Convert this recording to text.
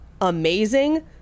amazing